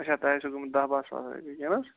اچھا تۄہہِ ٲسِو گٔمٕتۍ دہ باہہ ساس رۄپیہ کنہٕ حظ